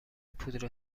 پودر